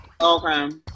Okay